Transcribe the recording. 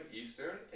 Eastern